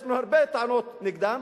יש לנו הרבה טענות נגדם.